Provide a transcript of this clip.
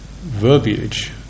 verbiage